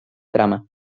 trama